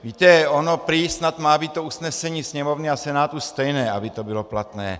Víte, ono prý snad má být to usnesení Sněmovny a Senátu stejné, aby to bylo platné.